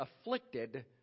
afflicted